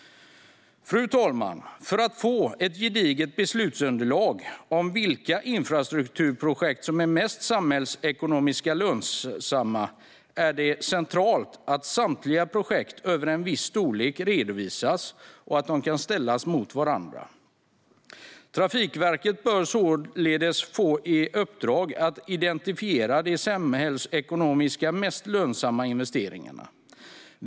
Fru talman! För att få ett gediget beslutsunderlag för vilka infrastrukturprojekt som är mest samhällsekonomiskt lönsamma är det centralt att samtliga projekt över en viss storlek redovisas och att de kan ställas emot varandra. Trafikverket bör således få i uppdrag att identifiera de samhällsekonomiskt mest lönsamma investeringarna.